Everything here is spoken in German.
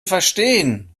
verstehen